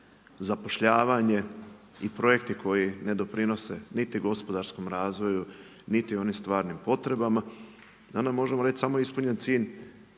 zapošljavanje i projekti koji ne doprinose niti gospodarskom razvoju, niti onim stvarnim potrebama i onda možemo reći samo je ispunjen cilj,